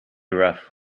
rough